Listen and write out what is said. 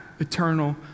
eternal